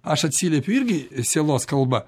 aš atsiliepiu irgi sielos kalba